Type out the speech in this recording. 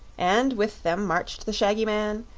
and with them marched the shaggy man,